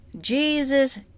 Jesus